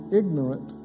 ignorant